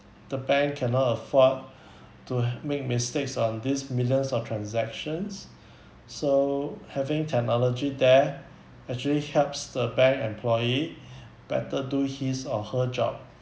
the bank cannot afford to make mistakes on these millions of transactions so having technology there actually helps the bank employee better do his or her job